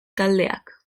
taldeak